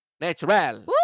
Natural